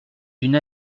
une